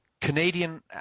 Canadian